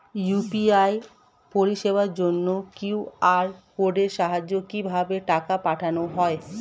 UPI পরিষেবার জন্য QR কোডের সাহায্যে কিভাবে টাকা পাঠানো হয়?